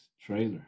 trailer